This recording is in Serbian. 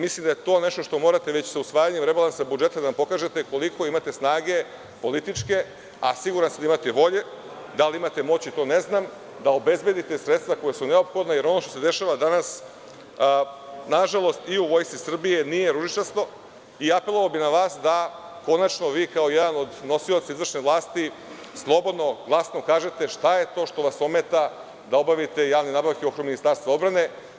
Mislim da je to što morate rebalansom da nam pokažete, da vidimo koliko imate snage političke, a siguran sam da imate volje, da li imate moći – ne znam da obezbedite sredstva koja su neophodna, jer ono što se danas dešava na žalost i u Vojsci Srbije nije ružičasto i apelovao bih na vas da vi kao jedan od nosilaca izvršne vlasti slobodno glasno kažete šta je to što vas ometa da obavite javne nabavke u okviru Ministarstva odbrane.